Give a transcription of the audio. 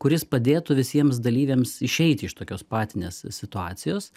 kuris padėtų visiems dalyviams išeiti iš tokios patinės situacijos